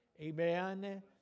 amen